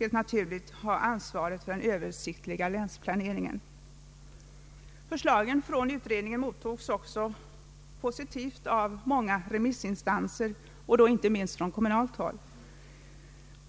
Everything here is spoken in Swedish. helt naturligt ha ansvaret för den översiktliga länsplaneringen. Förslagen från utredningen mottogs mycket positivt av många remissinstanser, inte minst från kommunalt håll.